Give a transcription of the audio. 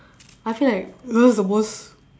I feel like it was the most